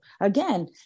Again